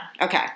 Okay